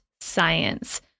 science